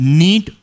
need